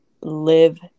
live